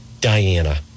Diana